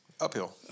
Uphill